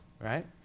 right